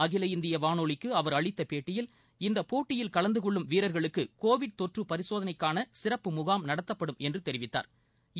அகில இந்திய வாளொலிக்கு அவர் அளித்த பேட்டியில் இந்த போட்டியில் கலந்து கொள்ளும் வீரர்களுக்கு கோவிட் தொற்று பரிசோதனைக்கான சிறப்பு முகாம் நடத்தப்படும் என்று தெரிவித்தாா்